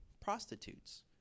prostitutes